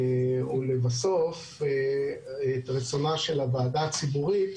ולבסוף, את רצונה של הוועדה הציבורית